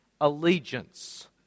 allegiance